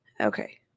Okay